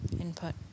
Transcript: input